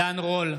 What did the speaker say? עידן רול,